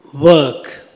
work